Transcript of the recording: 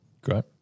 Great